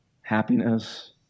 happiness